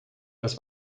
des